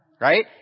Right